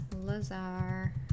Lazar